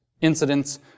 incidents